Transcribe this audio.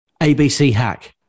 ABCHack